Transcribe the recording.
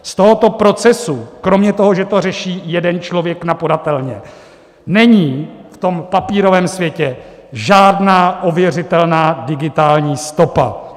Z tohoto procesu kromě toho, že to řeší jeden člověk na podatelně, není v tom papírovém světě žádná ověřitelná digitální stopa.